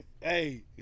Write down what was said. Hey